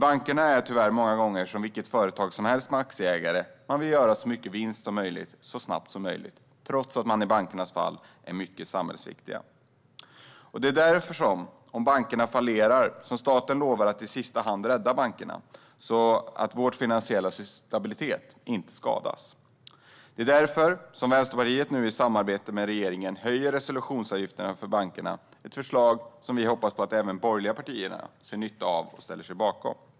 Bankerna är tyvärr många gånger som vilket företag som helst med aktieägare. De vill göra så mycket vinst som möjligt så snabbt som möjligt, trots att de som i bankernas fall är mycket samhällsviktiga. Det är därför som, om bankerna fallerar, staten lovar att i sista hand rädda bankerna så att vår finansiella stabilitet inte skadas. Det är därför som Vänsterpartiet i samarbete med regeringen nu vill höja resolutionsavgifterna för bankerna. Det är ett förslag som vi hoppas att även de borgerliga partierna ser nyttan av och ställer sig bakom.